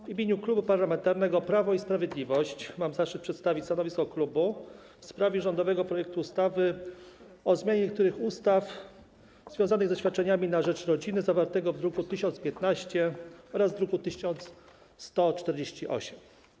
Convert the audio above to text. W imieniu Klubu Parlamentarnego Prawo i Sprawiedliwość mam zaszczyt przedstawić stanowisko klubu w sprawie rządowego projektu ustawy o zmianie niektórych ustaw związanych ze świadczeniami na rzecz rodziny, zawartego w druku nr 1015 oraz w druku nr 1148.